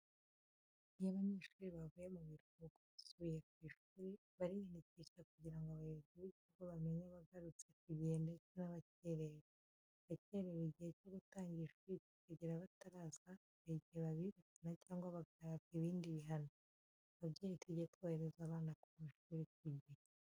Iyo abanyeshuri bavuye mu biruhuko basuye ku ishuri bariyandikisha kugira ngo abayobozi b'ikigo bamenye abagarutse ku gihe ndetse n'abakerewe. Abakerewe igihe cyo gutangira ishuri kikagera bataraza hari igihe babirukana cyangwa bagahabwa ibindi bihano. Ababyeyi tujye twohereza abana ku mashuri ku gihe.